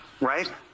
right